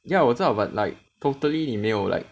ya 我知道 but like totally 你没有 like